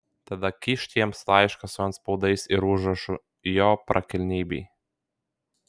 tada kyšt jiems laišką su antspaudais ir užrašu jo prakilnybei